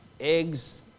eggs